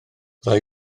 fydda